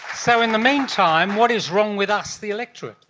so in the meantime, what is wrong with us, the electorate?